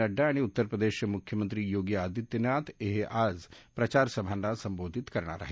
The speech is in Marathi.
नड्डा आणि उत्तर प्रदेशचे मुख्यमंत्री योगी आदित्यनाथ हे आज प्रचारसभांना संबोधित करणार आहेत